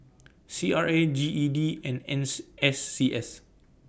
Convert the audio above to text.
C R A G E D and Ns S C S